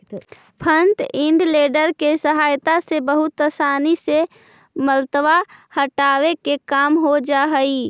front end loader के सहायता से बहुत असानी से मलबा हटावे के काम हो जा हई